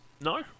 no